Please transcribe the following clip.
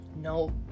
no